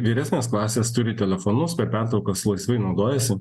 vyresnės klasės turi telefonus per pertraukas laisvai naudojasi